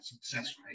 success